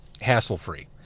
hassle-free